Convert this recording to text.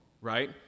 right